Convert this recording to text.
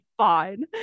Fine